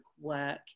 work